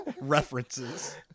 references